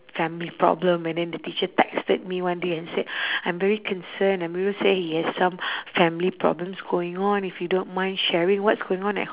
family problem and then the teacher texted me one day and said I'm very concerned amirul say he has some family problems going on if you don't mind sharing what's going on at home